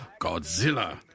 Godzilla